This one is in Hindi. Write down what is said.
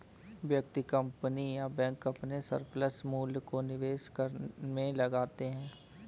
व्यक्ति, कंपनी या बैंक अपने सरप्लस मूल्य को निवेश में लगाते हैं